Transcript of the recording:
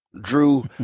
Drew